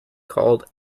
called